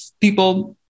people